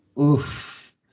Oof